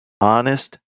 honest